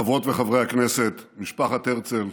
חברות וחברי הכנסת, משפחת הרצל,